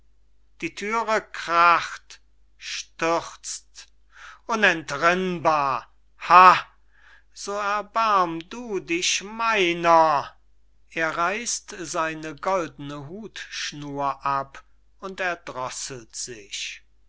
die thüre kracht stürzt unentrinnbar ha so erbarm du dich meiner er reißt seine goldene hutschnur ab und erdrosselt sich